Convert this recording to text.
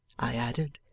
i added,